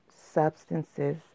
substances